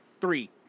three